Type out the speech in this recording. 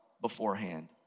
beforehand